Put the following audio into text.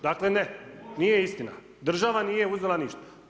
Dakle ne, nije istina, država nije uzela ništa.